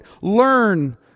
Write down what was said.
Learn